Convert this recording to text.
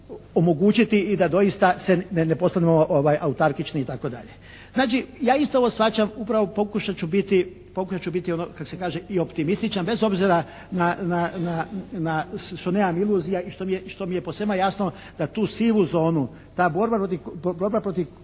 i da doista se ne postanemo autarkični, itd. Znači, ja isto ovo shvaćam, upravo pokušat ću biti ono kako se kaže, i optimističan bez obzira na, što nemam iluzija i što mi je posvema jasno da tu sivu zonu, ta borba protiv